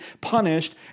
punished